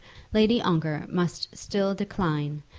lady ongar must still decline,